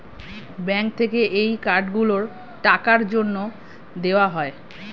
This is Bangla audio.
ব্যাঙ্ক থেকে এই কার্ড গুলো টাকার জন্যে দেওয়া হয়